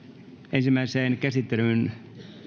ensimmäiseen käsittelyyn